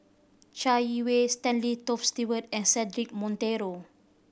Chai Yee Wei Stanley Toft Stewart and Cedric Monteiro